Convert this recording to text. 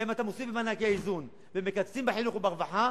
ואם אתם עושים במענקי האיזון ומקצצים בחינוך וברווחה,